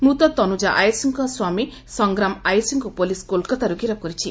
ମୃତ ତନୁଜା ଆଇଚଙ୍ଙ ସ୍ୱାମୀ ସଂଗ୍ରାମ ଆଇଚଙ୍କୁ ପୁଲିସ୍ କୋଲକାତାରୁ ଗିରଫ କରିଛି